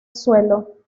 suelo